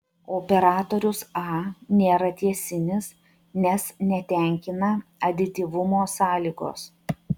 operatorius a nėra tiesinis nes netenkina adityvumo sąlygos